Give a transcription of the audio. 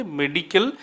medical